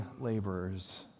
laborers